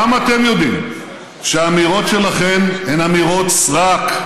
גם אתם יודעים שהאמירות שלכם הן אמירות סרק,